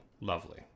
Lovely